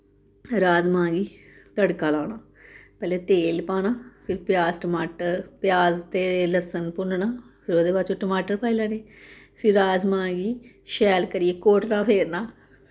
राजमाह् गी तड़का लाना पैह्लें तेल पाना फ्ही प्याज टमाटर प्याज ते लह्स्सुन भुनन्ना फिर ओह्दे बाद च टमाटर पाई लैने फिर राजमाह् गी शैल करियै घोटना फेरना